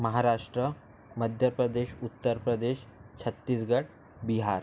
Maharashtra Madhya Pradesh Uttar Pradesh Chhattisgarh Bihar